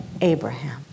Abraham